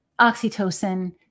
oxytocin